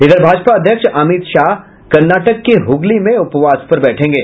इधर भाजपा अध्यक्ष अमित शाह आज कर्टनाटक के हुगली में उपवास पर बैठेंगे